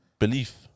belief